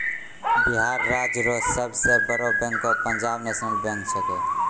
बिहार राज्य रो सब से बड़ो बैंक पंजाब नेशनल बैंक छैकै